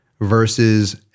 versus